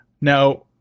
Now